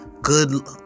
good